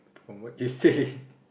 from what you say